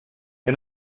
que